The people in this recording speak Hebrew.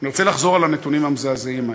אני רוצה לחזור על הנתונים המזעזעים האלה: